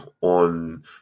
on